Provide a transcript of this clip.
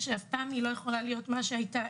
שאף פעם לא יכולה להיות מה שהייתה.